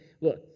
look